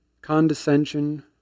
Condescension